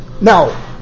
now